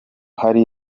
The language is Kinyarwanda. hari